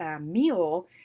meal